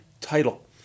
title